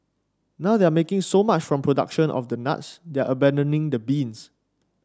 now they're making so much from production of the nuts that they're abandoning the beans